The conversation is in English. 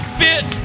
fit